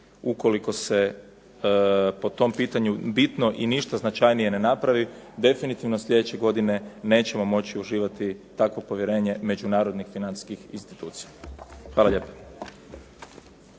Ukoliko se po tom pitanju bitno i ništa značajnije ne napravi definitivno sljedeće godine nećemo moći uživati takvo povjerenje međunarodnih financijskih institucija. Hvala lijepa.